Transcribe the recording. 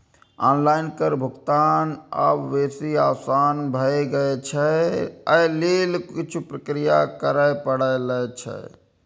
online कर भुगतान आब बेसी आसान भए गेल छै, अय लेल किछु प्रक्रिया करय पड़ै छै